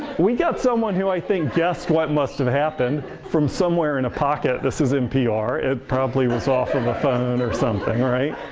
we got someone who i think guessed what must have happened, from somewhere in a pocket, this is npr. it probably was off of a phone or something, right?